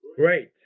right.